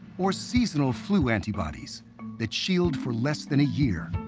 or seasonal flu antibodies that shield for less than a year?